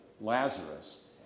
Lazarus